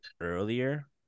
earlier